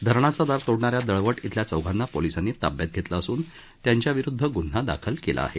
धरणाचं दार तोडणाऱ्या दळवट इथल्या चौघांना पोलिसांनी ताब्यात घेतलं असून त्यांच्याविरुद्ध ग्न्हा दाखल केला आहे